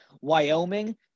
Wyoming